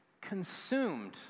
consumed